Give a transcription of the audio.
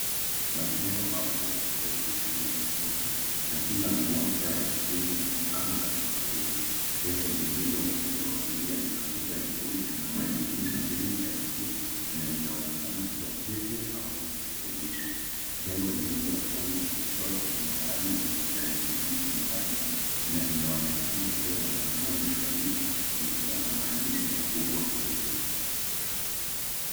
Majengo mawili marefu yaliyo karibu na kila moja chini ya anga la mawingu. Jengo lilo upande wa kulia lina kuta nyeupe na madirisha mengi ya buluu na linonekana kuwa jipya au limerekebishwa. Jengo lilo upande wa kushoto lina rangi ya kijani kibichi njano na linaonekana kuwa la zamani zaidi lilikwa na maandishi makubwa meupe.